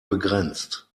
begrenzt